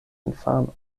infanon